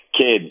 kids